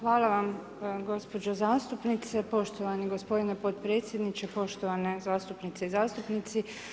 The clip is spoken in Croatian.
Hvala vam gospođo zastupnice, poštovani gospodine podpredsjedniče, poštovane zastupnice i zastupnici.